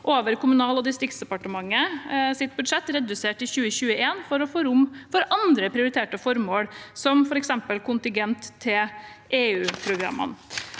over Kommunalog distriktsdepartementets budsjett redusert i 2021 for å få rom til andre prioriterte formål, som f.eks. kontingent til EU-programmene.